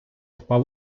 впав